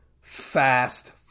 fast